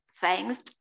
thanks